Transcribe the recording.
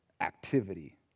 activity